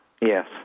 Yes